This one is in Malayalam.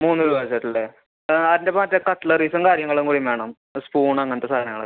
മൂന്ന് രൂപ വരുമല്ലെ ആ അതിൻ്റെ മറ്റെ കട്ട്ലറീസും കാര്യങ്ങളും കൂടി വേണം സ്പൂൺ അങ്ങനത്തെ സാധനങ്ങൾ ഒക്കെ